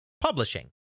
publishing